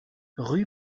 rue